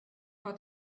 pas